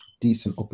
decent